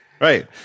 right